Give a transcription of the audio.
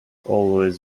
always